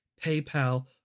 PayPal